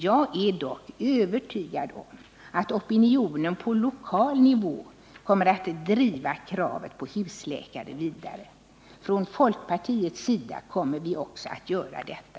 Jag är dock övertygad om att opinionen på lokal nivå kommer att driva kravet på husläkare vidare. Från folkpartiets sida kommer vi också att göra detta.